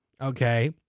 okay